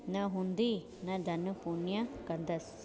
न हूंदी न धन पुण्य कंदसि